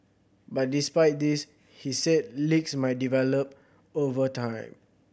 but despite this he said leaks might develop over time